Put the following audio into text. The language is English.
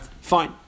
Fine